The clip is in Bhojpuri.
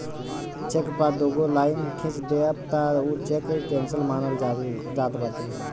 चेक पअ दुगो लाइन खिंच देबअ तअ उ चेक केंसल मानल जात बाटे